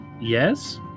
Yes